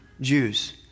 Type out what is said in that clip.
Jews